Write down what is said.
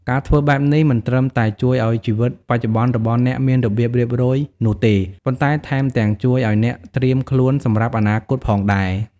ការធ្វើបែបនេះមិនត្រឹមតែជួយឲ្យជីវិតបច្ចុប្បន្នរបស់អ្នកមានរបៀបរៀបរយនោះទេ ប៉ុន្តែថែមទាំងជួយឲ្យអ្នកត្រៀមខ្លួនសម្រាប់អនាគតផងដែរ។